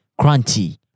Crunchy